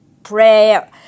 prayer